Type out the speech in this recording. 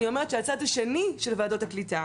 אני אומרת שהצד השני של ועדות הקליטה,